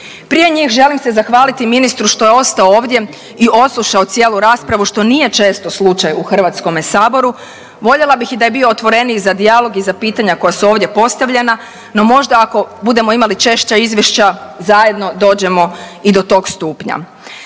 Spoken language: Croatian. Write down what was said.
Prije njih želim se zahvaliti ministru što je ostao ovdje i odslušao cijelu raspravu što nije često slučaj u HS-u, voljela bih i da je bio otvoreniji za dijalog i za pitanja koja su ovdje postavljena, no možda ako budemo imali češća izvješća zajedno dođemo i do tog stupnja.